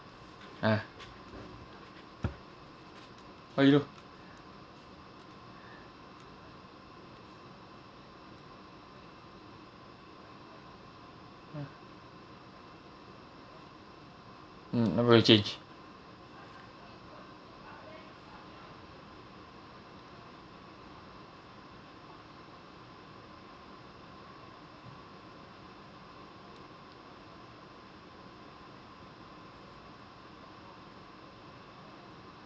ah !aiyo! mm I will change